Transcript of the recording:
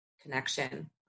connection